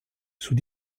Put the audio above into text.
sous